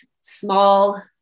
small